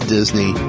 Disney